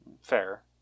Fair